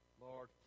Lord